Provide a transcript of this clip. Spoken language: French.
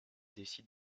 décide